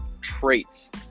traits